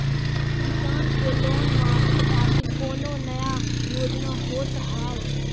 किसान के लोन माफी खातिर कोनो नया योजना होत हाव?